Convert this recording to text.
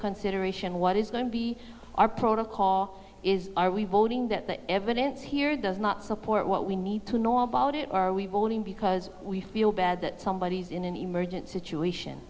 consideration what is going to be our protocol is are we voting that the evidence here does not support what we need to know about it are we voting because we feel bad that somebody in an emergent situation